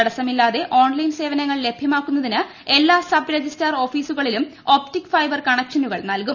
തടസ്സമില്ലാതെ ഓൺലൈൻ സേവനങ്ങൾ ലഭൃമാക്കുന്നതിന് എല്ലാ സബ് രജിസ്ട്രാർ ഓഫീസുകളിലും ഒപ്റ്റിക് ഫൈബർ കണക്ഷനുകൾ നൽകും